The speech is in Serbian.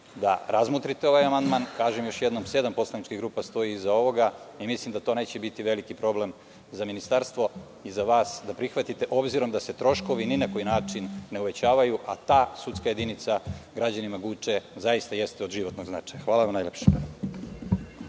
da razmotrite ovaj amandman. Kažem još jednom, sedam poslaničkih grupa stoji iza ovoga. Mislim da to neće biti veliki problem za Ministarstvo i za vas da prihvatite, obzirom da se troškovi ni na koji način ne uvećavaju, a ta sudska jedinica građanima Guče zaista jeste od životnog značaja. Hvala. **Nebojša